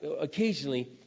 occasionally